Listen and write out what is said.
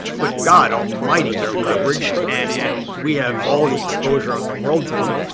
but god almighty, they're leveraged. and and we have all the exposure in the world to them.